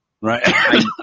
right